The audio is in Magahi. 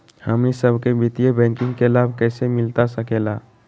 हमनी सबके वित्तीय बैंकिंग के लाभ कैसे मिलता सके ला?